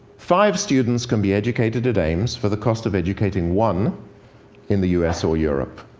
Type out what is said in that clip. five students can be educated at aims for the cost of educating one in the u s. or europe.